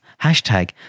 hashtag